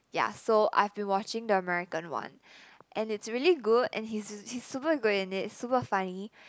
yeah so I've been watching the American one and it's really good and he's he's super good in it super funny